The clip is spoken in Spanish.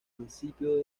principio